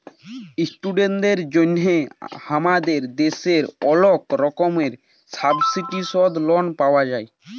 ইশটুডেন্টদের জন্হে হামাদের দ্যাশে ওলেক রকমের সাবসিডাইসদ লন পাওয়া যায়